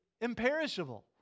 imperishable